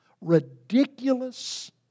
ridiculous